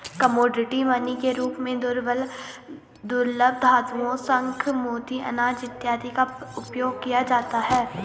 commodity money के रूप में दुर्लभ धातुओं शंख मोती अनाज इत्यादि का उपयोग किया जाता है